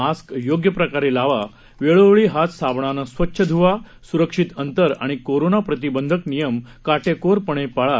mask योग्य प्रकारे लावा वेळोवेळी हात साबणाने स्वच्छ ध्वा सुरक्षित अंतर आणि कोरोना प्रतिबंधक नियम काटेकोरपणे पाळा